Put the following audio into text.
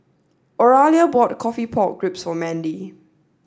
Oralia bought coffee pork ribs for Mandy